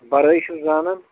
بَرٲے چھُو زانَن